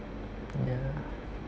ya